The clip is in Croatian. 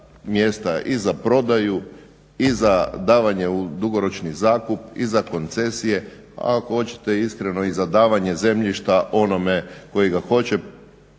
i za prodaju i za davanje u dugoročni zakup, i za koncesije, a ako hoćete iskreno i za davanje zemljišta onome koji ga hoće